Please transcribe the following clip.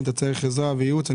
אם אתה צריך עזרה וייעוץ,